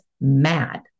mad